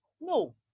no